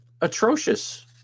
atrocious